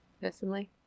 personally